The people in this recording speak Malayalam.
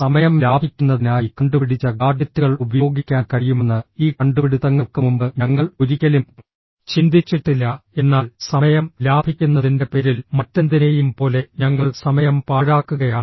സമയം ലാഭിക്കുന്നതിനായി കണ്ടുപിടിച്ച ഗാഡ്ജെറ്റുകൾ ഉപയോഗിക്കാൻ കഴിയുമെന്ന് ഈ കണ്ടുപിടുത്തങ്ങൾക്ക് മുമ്പ് ഞങ്ങൾ ഒരിക്കലും ചിന്തിച്ചിട്ടില്ല എന്നാൽ സമയം ലാഭിക്കുന്നതിന്റെ പേരിൽ മറ്റെന്തിനെയും പോലെ ഞങ്ങൾ സമയം പാഴാക്കുകയാണ്